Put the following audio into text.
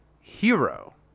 Hero